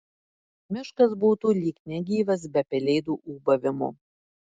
miškas būtų lyg negyvas be pelėdų ūbavimo